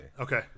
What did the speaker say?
Okay